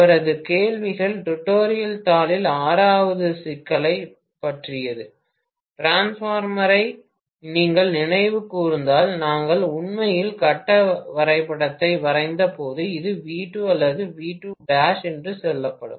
அவரது கேள்விகள் டுடோரியல் தாளில் 6 வது சிக்கலைப் பற்றியது டிரான்ஸ்பார்மரை நீங்கள் நினைவு கூர்ந்தால் நாங்கள் உண்மையில் கட்ட வரைபடத்தை வரைந்தபோது இது V2 அல்லது V2 என்று சொல்லட்டும்